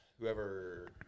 whoever